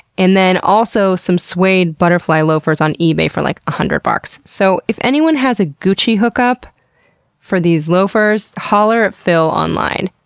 and then also some suede butterfly loafers on ebay for like, a hundred bucks. so, if anyone listening has a gucci hookup for these loafers, holler at phil online.